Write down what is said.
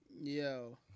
yo